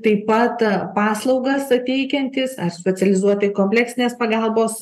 taip pat paslaugą sateikiantys ar specializuoti kompleksinės pagalbos